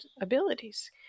abilities